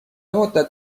مدت